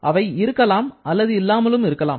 அவை இருக்கலாம் அல்லது இல்லாமலும் இருக்கலாம்